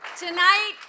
Tonight